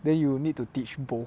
then you will need to teach both